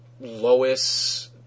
Lois